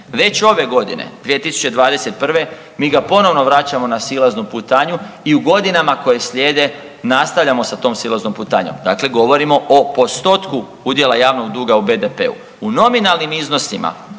Već ove godine 2021. mi ga ponovno vraćamo na silaznu putanju i u godinama koje slijede nastavljamo sa tom silaznom putanjom. Dakle, govorimo o postotku udjela javnog duga u BDP-u. U nominalnim iznosima,